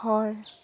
ঘৰ